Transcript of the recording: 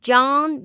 John